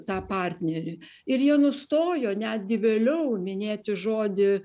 tą partnerį ir jie nustojo netgi vėliau minėti žodį